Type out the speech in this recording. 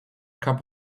cup